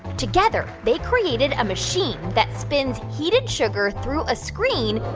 together they created a machine that spins heated sugar through a screen,